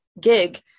gig